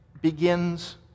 begins